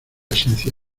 esencia